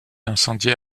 incendiées